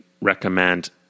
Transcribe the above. recommend